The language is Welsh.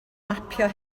mapio